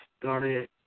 started